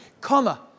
Comma